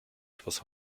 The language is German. etwas